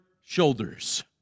shoulders